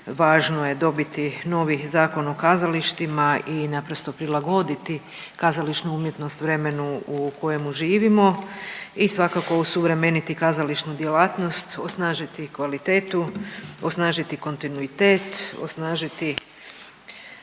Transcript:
važno je dobiti novi Zakon o kazalištima i naprosto prilagoditi kazališnu umjetnost vremenu u kojemu živimo i svakako osuvremeniti kazališnu djelatnost, osnažiti kvalitetu, osnažiti kontinuitet, osnažiti